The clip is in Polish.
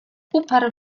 uparł